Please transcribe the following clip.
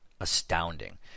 astounding